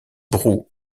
brou